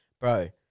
Bro